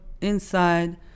inside